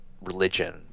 religion